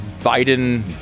Biden